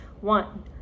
One